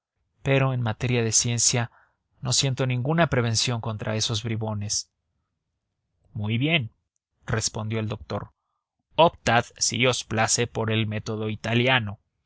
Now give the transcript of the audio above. pero en materia de ciencia no siento ninguna prevención contra esos bribones muy bien respondió el doctor optad si os place por el método italiano